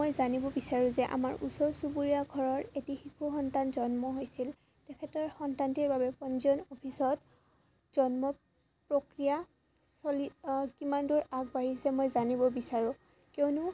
মই জানিব বিচাৰোঁ যে আমাৰ ওচৰ চুবুৰীয়া ঘৰৰ এটি শিশু সন্তান জন্ম হৈছিল তেখেতৰ সন্তানটিৰ বাবে পঞ্জীয়ন অফিচত জন্ম প্ৰক্ৰিয়া চলি কিমান দূৰ আগবাঢ়িছে মই জানিব বিচাৰোঁ কিয়নো